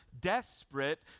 desperate